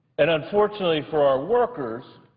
and unfortunately for our workers,